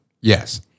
Yes